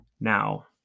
now